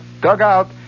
dugout